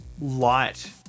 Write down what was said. light